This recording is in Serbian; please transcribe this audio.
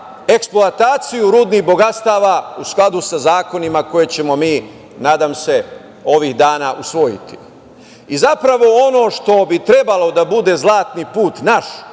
eksploataciju rudnih bogatstava u skladu sa zakonima koje ćemo mi, nadam se, ovih dana usvojiti. Zapravo, ono što bi trebalo da bude zlatni put naš